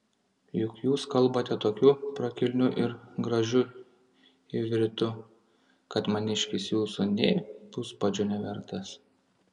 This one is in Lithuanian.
juk jūs kalbate tokiu prakilniu ir gražiu ivritu kad maniškis jūsų nė puspadžio nevertas